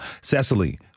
Cecily